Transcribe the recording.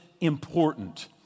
important